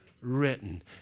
written